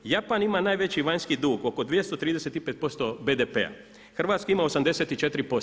Japan ima najveći vanjski dug oko 235% BDP-a, Hrvatska ima 84%